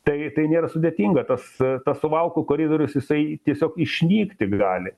tai tai nėra sudėtinga tas tas suvalkų koridorius jisai tiesiog išnykti gali